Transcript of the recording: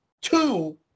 two